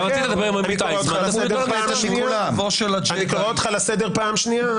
אתה רוצה לדבר עם עמית איסמן ------ אני קורא אותך לסדר פעם שנייה,